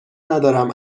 ندارم